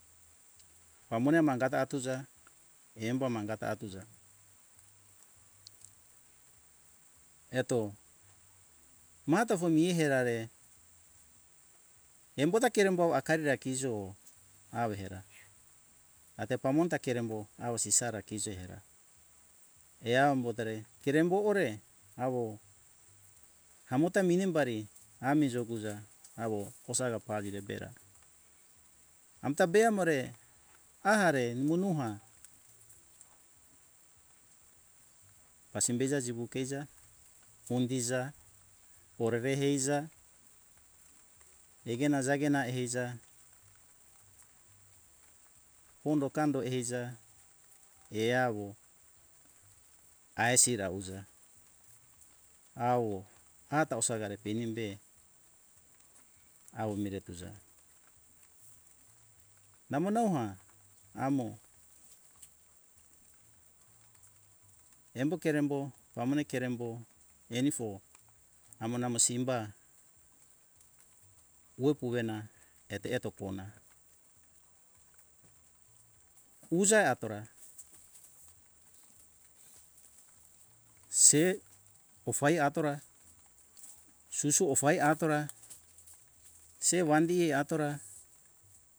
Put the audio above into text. Pamone mangata atuja embo mangata atuja eto mata fo miherare embo ta kerembo wa akari ra kijo awo era ate pamone ta kerembo awo sisara kojo era eam botore kerembo ore awo amote minembari ami juguta awo osaga paziri be ra amta be amore are mimo noha pasim beiza jiwu keiza ondiza orere eiza pegena jagena eiza pondo kando eiza eawo aisira uza awo ata osagare penibe awo miretuja namo mauha amo embo kerembo pamone kerembo enifo amo namo simba wo puena eto eto kona usai atora se ofai atora susu ofai atora se wandi atora